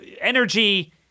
energy